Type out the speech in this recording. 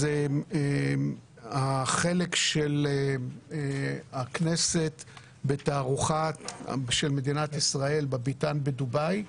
זה החלק של הכנסת בתערוכה של מדינת ישראל בביתן בדובאי.